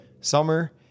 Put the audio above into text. summer